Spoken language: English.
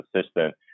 assistant